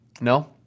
No